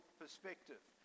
perspective